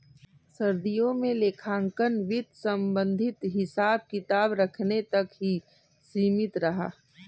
सदियों से लेखांकन वित्त संबंधित हिसाब किताब रखने तक ही सीमित रहा